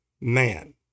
Man